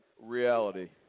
reality